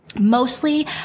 mostly